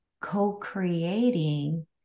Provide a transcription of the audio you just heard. co-creating